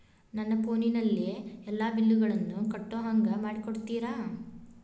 ನನ್ನ ಫೋನಿನಲ್ಲೇ ಎಲ್ಲಾ ಬಿಲ್ಲುಗಳನ್ನೂ ಕಟ್ಟೋ ಹಂಗ ಮಾಡಿಕೊಡ್ತೇರಾ?